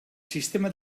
sistema